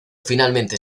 finalmente